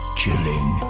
chilling